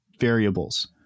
variables